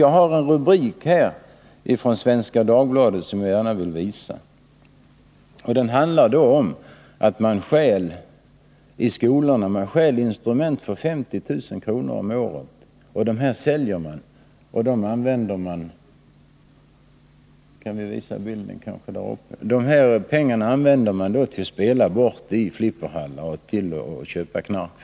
Jag har här en artikel i Svenska Dagbladet, och jag skulle i det här sammanhanget gärna vilja visa ingressen till den artikeln på bildskärmen. Av den framgår att eleverna i en skola stjäl instrument för 50 000 kr. om året. De säljer dessa instrument och spelar bort pengarna i flipperhallarna eller använder dem för att köpa knark.